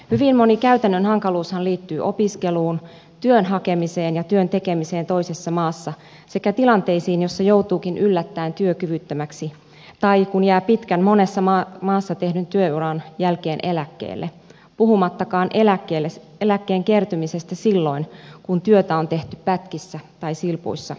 hyvin moni käytännön hankaluushan liittyy opiskeluun työn hakemiseen ja työn tekemiseen toisessa maassa sekä tilanteisiin joissa joutuukin yllättäen työkyvyttömäksi tai kun jää pitkän monessa maassa tehdyn työuran jälkeen eläkkeelle puhumattakaan eläkkeen kertymisestä silloin kun työtä on tehty pätkissä tai silpuissa eri maissa